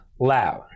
loud